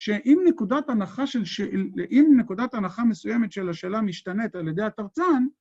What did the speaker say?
שאם נקודת הנחה מסוימת של השאלה משתנית על ידי התרצן